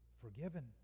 forgiven